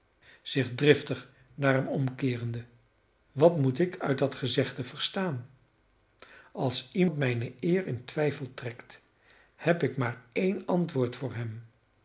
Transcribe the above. zich driftig naar hem omkeerende wat moet ik uit dat gezegde verstaan als iemand mijne eer in twijfel trekt heb ik maar een antwoord voor hem